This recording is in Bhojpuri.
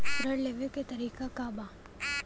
ऋण लेवे के तरीका का बा?